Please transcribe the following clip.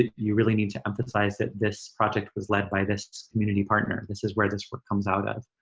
ah you really need to emphasize that this project was led by this community partner. this is where this work comes out of.